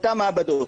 אותן מעבדות.